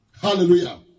Hallelujah